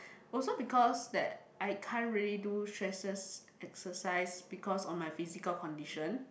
also because that I can't really do stresses exercise because of my physical condition